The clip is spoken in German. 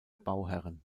bauherren